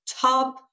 top